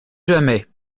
jamais